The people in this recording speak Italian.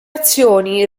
azioni